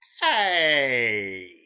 Hey